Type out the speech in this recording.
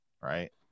right